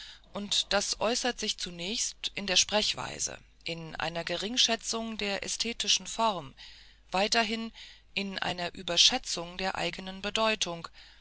und das äußert sich zunächst in der sprechweise in einer geringschätzung der ästhetischen form weiterhin in einer überschätzung der eigenen bedeutung